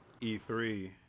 E3